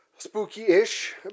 Spooky-ish